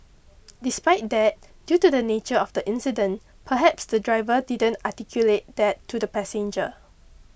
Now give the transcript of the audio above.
despite that due to the nature of the incident perhaps the driver didn't articulate that to the passenger